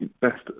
best